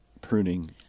pruning